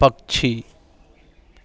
पक्षी